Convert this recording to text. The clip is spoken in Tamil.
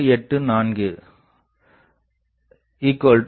7840